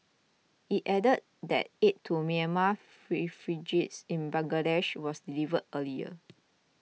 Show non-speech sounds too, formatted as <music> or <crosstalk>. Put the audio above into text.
it added that aid to Myanmar <unintelligible> in Bangladesh was delivered earlier